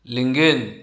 Lingen